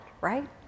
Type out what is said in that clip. right